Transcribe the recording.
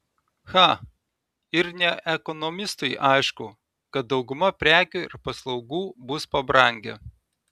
cha ir ne ekonomistui aišku kad dauguma prekių ir paslaugų bus pabrangę